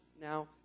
now